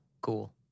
cool